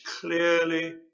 clearly